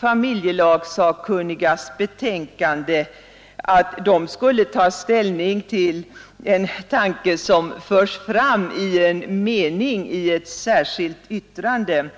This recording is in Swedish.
familjelagssakkunnigas hela betänkande, skulle ta ställning till en tanke som förts fram i en mening i ett särskilt yttrande.